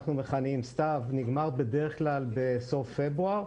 חורף-סתיו נגמר בדרך כלל בסוף פברואר,